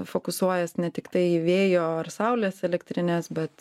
fokusuojas ne tiktai į vėjo ar saulės elektrines bet